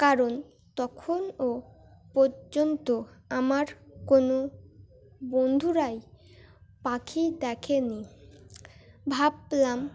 কারণ তখনও পর্যন্ত আমার কোনো বন্ধুরাই পাখি দেখে নি ভাবলাম